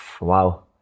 wow